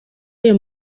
ayo